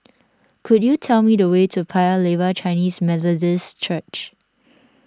could you tell me the way to Paya Lebar Chinese Methodist Church